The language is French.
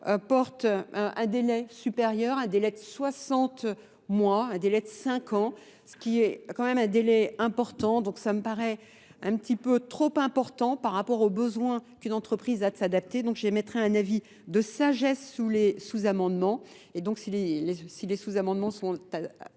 porte un délai supérieur, un délai de 60 mois, un délai de 5 ans, ce qui est quand même un délai important, donc ça me paraît un petit peu trop important par rapport aux besoins qu'une entreprise a de s'adapter, donc je mettrai un avis de sagesse sous les sous-amendements, et donc si les sous-amendements sont adoptés,